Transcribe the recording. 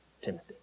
Timothy